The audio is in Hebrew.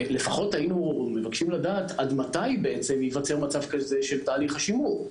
לפחות היינו מבקשים לדעת עד מתי בעצם ייווצר מצב כזה של תהליך השימור,